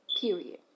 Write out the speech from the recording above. Period